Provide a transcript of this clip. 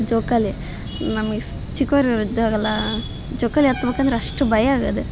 ಜೋಕಾಲಿ ನಮಿಸ್ ಚಿಕ್ಕವ್ರು ಇದ್ದಾಗೆಲ್ಲ ಜೋಕಾಲಿ ಹತ್ಬೇಕಂದ್ರೆ ಅಷ್ಟು ಭಯ ಆಗೋದು